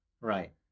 Right